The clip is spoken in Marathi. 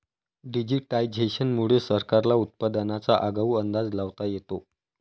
डिजिटायझेशन मुळे सरकारला उत्पादनाचा आगाऊ अंदाज लावता येतो